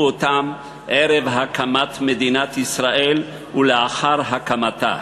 אותם ערב הקמת מדינת ישראל ולאחר הקמתה.